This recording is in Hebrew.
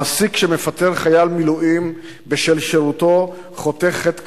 מעסיק שמפטר חייל מילואים בשל שירותו חוטא חטא כפול: